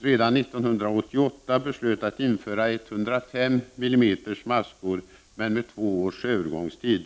redan 1988 beslutade att införa 105 mm maskor. Man beslutade då om två års övergångstid.